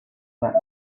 let